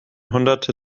hunderte